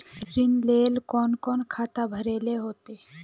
ऋण लेल कोन कोन खाता भरेले होते?